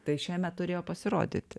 tai šiemet turėjo pasirodyti